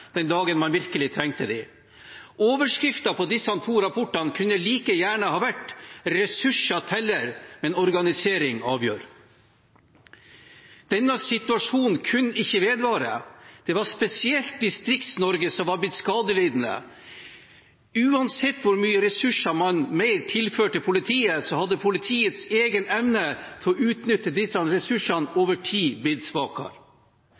den dagen man virkelig trengte dem. Overskriften på disse to rapportene kunne like gjerne ha vært: Ressurser teller, men organisering avgjør. Denne situasjonen kunne ikke vedvare. Det var spesielt Distrikts-Norge som var blitt skadelidende. Uansett hvor mye ressurser mer man tilførte politiet, hadde politiets egen evne til å utnytte ressursene over tid blitt svakere.